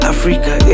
Africa